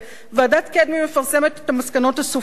ועדת-קדמי מפרסמת את המסקנות הסופיות,